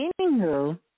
anywho